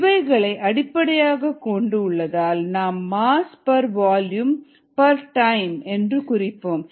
இவைகளை அடிப்படையாகக் கொண்டு உள்ளதால் நாம் mass per volume per time என்று குறிப்போம்